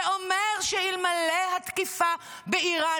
שאומר שאלמלא התקיפה באיראן,